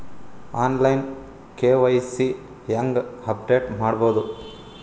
On line KYC ಹೇಂಗ update ಮಾಡೋದು?